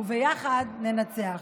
וביחד ננצח.